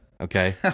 Okay